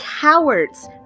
cowards